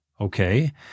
okay